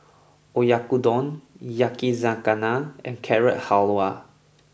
Oyakodon Yakizakana and Carrot Halwa